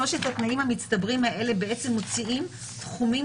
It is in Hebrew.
שלושת התנאים המצטברים האלה מוציאים תחומים